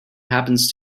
happens